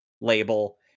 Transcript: label